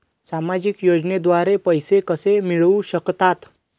सामाजिक योजनेद्वारे पैसे कसे मिळू शकतात?